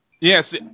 Yes